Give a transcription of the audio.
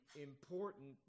important